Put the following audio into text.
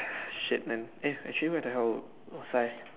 shit man eh actually where the hell was I